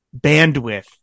bandwidth